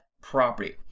property